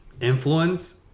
influence